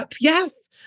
Yes